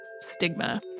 stigma